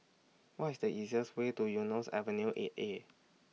What IS The easiest Way to Eunos Avenue eight A